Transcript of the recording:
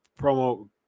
promo